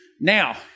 Now